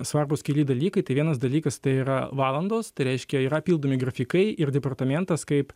svarbūs keli dalykai tai vienas dalykas tai yra valandos tai reiškia yra pildomi grafikai ir departamentas kaip